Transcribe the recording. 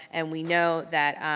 and we know that